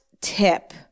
tip